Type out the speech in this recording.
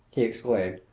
he exclaimed.